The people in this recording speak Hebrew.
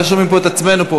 לא שומעים את עצמנו פה,